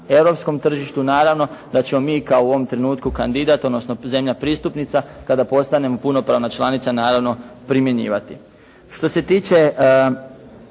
europskom tržištu, naravno da ćemo mi kao u ovom trenutku kandidat, odnosno zemlja pristupnica kada postanemo punopravna članica naravno primjenjivati. Što se tiče